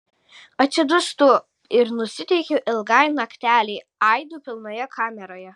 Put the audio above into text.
atsidūstu ir nusiteikiu ilgai naktelei aidų pilnoje kameroje